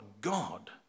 God